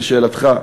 לשאלתך,